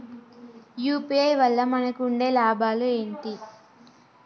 UPI వల్ల మనకు ఉండే లాభాలు ఏంటి?